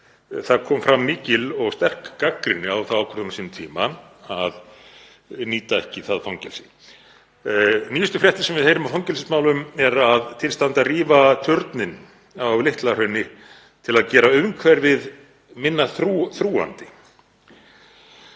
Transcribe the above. það kom fram mikil og sterk gagnrýni á þá ákvörðun á sínum tíma að nýta ekki það fangelsi. Nýjustu fréttir sem við heyrum af fangelsismálum eru að til standi að rífa turninn á Litla-Hrauni til að gera umhverfið minna þrúgandi.